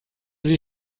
sie